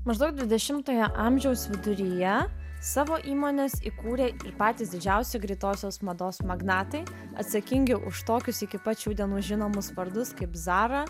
maždaug dvidešimtojo amžiaus viduryje savo įmones įkūrė patys didžiausi greitosios mados magnatai atsakingi už tokius iki pat šių dienų žinomus vardus kaip zara